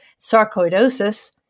sarcoidosis